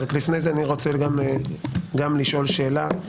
לפני זה אני רוצה גם לשאול שאלה.